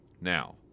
Now